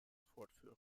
fortführen